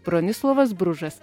bronislovas bružas